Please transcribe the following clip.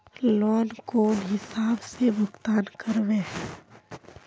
Loan कौन हिसाब से भुगतान करबे?